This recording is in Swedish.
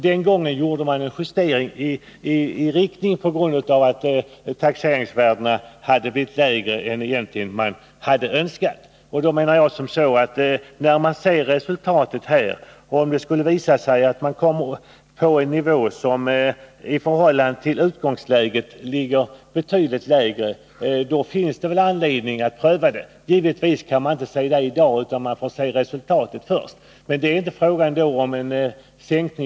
Den gången gjorde man alltså en justering i höjande riktning på grund av att taxeringsvärdena hade blivit lägre än man egentligen önskat. Då menar jag att om det, när den fullständiga statistiken föreligger, skulle visa sig att prisnivån på fastigheter ligger betydligt lägre i förhållande till utgångsläget än man räknat med, borde det finnas anledning att pröva frågan om en justering. Det skulle i så fall inte bli fråga om en sänkning i det enskilda fallet utan om en generell sänkning.